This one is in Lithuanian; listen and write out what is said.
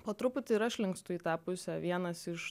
po truputį ir aš linkstu į tą pusę vienas iš